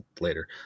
later